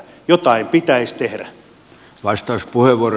jotain pitäisi tehdä